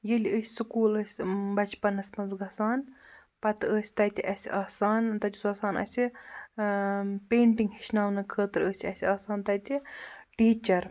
ییٚلہِ أسۍ سُکوٗل ٲسۍ بَچپَنَس منٛز گژھان پَتہٕ ٲسۍ تَتہِ اَسہِ آسان تَتہِ اوس آسان اَسہِ پیٚنٛٹِنٛگ ہیٚچھناونہٕ خٲطرٕ ٲسۍ اَسہِ آسان تَتہِ ٹیٖچَر